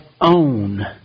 own